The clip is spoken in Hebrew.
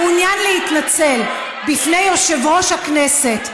מעוניין להתנצל בפני יושב-ראש הכנסת,